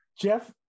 Jeff